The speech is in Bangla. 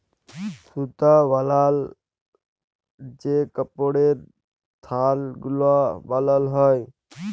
সুতা বালায় যে কাপড়ের থাল গুলা বালাল হ্যয়